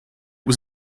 was